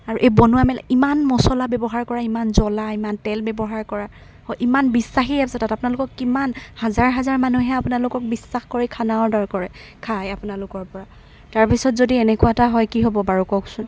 আৰু বনোৱা মেলা ইমান মছলা ব্যৱহাৰ কৰে ইমান জ্বলা ইমান তেল ব্যৱহাৰ কৰা হয় ইমান বিশ্বাসী এপছ এটাত আপোনালোকক কিমান হাজাৰ হাজাৰ মানুহে আপোনালোকক বিশ্বাস কৰি খানা অৰ্ডাৰ কৰে খায় আপোনালোকৰ পৰা তাৰপাছত যদি এনেকুৱা এটা হয় কি হ'ব বাৰু কওকচোন